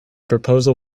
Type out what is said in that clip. proposal